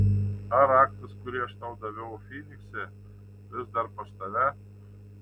ar raktas kurį aš tau daviau fynikse vis dar pas tave